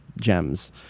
gems